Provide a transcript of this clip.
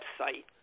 website